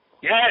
Yes